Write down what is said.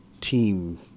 team